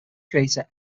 creator